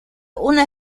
una